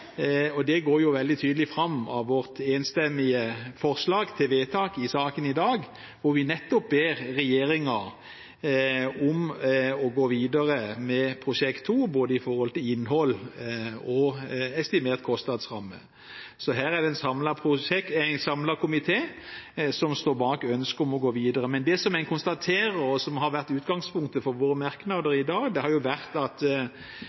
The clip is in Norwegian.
2. Det går veldig tydelig fram av vårt enstemmige forslag til vedtak i saken i dag, der vi nettopp ber regjeringen om å gå videre med Prosjekt 2 både i innhold og estimert kostnadsramme. Her er det en samlet komité som står bak ønsket om å gå videre. Men det jeg konstaterer, og som har vært utgangspunktet for våre merknader i dag, er Metiers rapport om at